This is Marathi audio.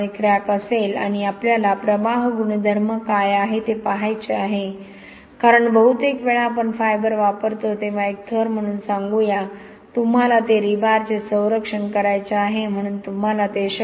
त्यामुळे क्रॅक असेल आणि आपल्याला प्रवाह गुणधर्म काय आहे ते पहायचे आहे कारण बहुतेक वेळा आपण फायबर वापरतो तेव्हा एक थर म्हणून सांगूया तुम्हाला ते रीबारचे संरक्षण करायचे आहे म्हणून तुम्हाला ते